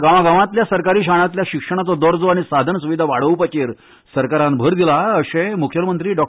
गांवांगांवांतल्या सरकारी शाळांतल्या शिक्षणाचो दर्जो आनी साधनसुविधा वाडोवपाचेर सरकारान भर दिला अशें मुखेलमंत्री डॉ